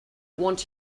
want